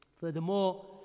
Furthermore